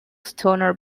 stoner